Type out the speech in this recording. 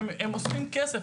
הם אוספים כסף.